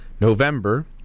november